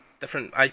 different